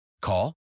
Call